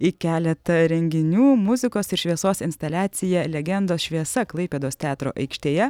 į keletą renginių muzikos ir šviesos instaliacija legendos šviesa klaipėdos teatro aikštėje